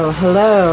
hello